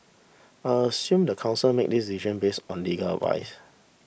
I assume the council made this decision based on legal advice